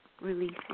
releasing